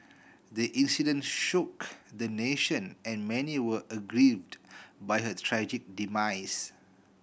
the incident shook the nation and many were aggrieved by her tragic demise